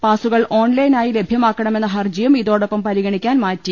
പാസു കൾ ഓൺലൈനായി ലഭ്യമാക്കണമെന്ന ഹർജിയും ഇതോടൊപ്പം പരിഗണിക്കാൻ മാറ്റി